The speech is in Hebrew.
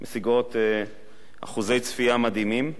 משיגות אחוזי צפייה מדהימים,